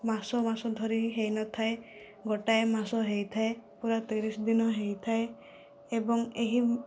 ମାସ ମାସ ଧରି ହୋଇ ନଥାଏ ଗୋଟିଏ ମାସ ହୋଇଥାଏ ପୁରା ତିରିଶ ଦିନ ହୋଇଥାଏ ଏବଂ ଏହି